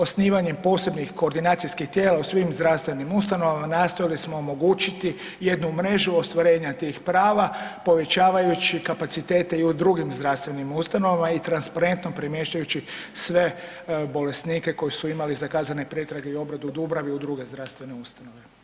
Osnivanjem posebnih koordinacijskih tijela u svim zdravstvenim ustanovama nastojali smo omogućiti jednu mrežu ostvarenja tih prava povećavajući kapacitete i u drugim zdravstvenim ustanovama i transparentno premještajući sve bolesnike koji su imali zakazane pretrage i obradu u Dubravi u druge zdravstvene ustanove.